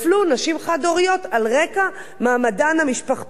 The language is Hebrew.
נשים חד-הוריות על רקע מעמדן המשפחתי.